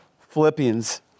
Philippians